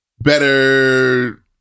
better